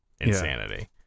Insanity